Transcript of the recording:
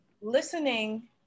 listening